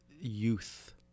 youth